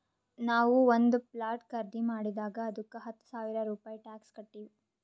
ನಾವು ಒಂದ್ ಪ್ಲಾಟ್ ಖರ್ದಿ ಮಾಡಿದಾಗ್ ಅದ್ದುಕ ಹತ್ತ ಸಾವಿರ ರೂಪೆ ಟ್ಯಾಕ್ಸ್ ಕಟ್ಟಿವ್